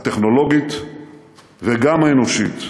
הטכנולוגית וגם האנושית,